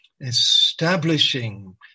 establishing